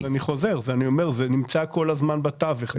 אני חוזר, אני אומר, זה נמצא כל הזמן בתווך.